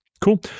Cool